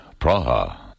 Praha